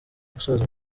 gusoza